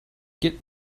get